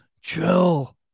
chill